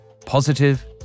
positive